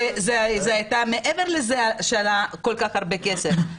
מעבר לזה שעלה כל-כך הרבה כסף.